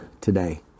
today